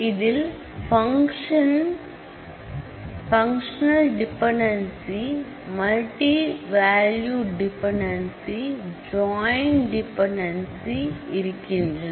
இதில் functional dependency multi value dependency joint dependency இருக்கின்றன